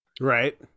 Right